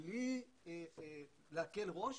בלי להקל ראש,